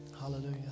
Hallelujah